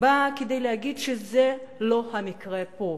באה להגיד שזה לא המקרה פה.